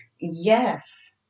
Yes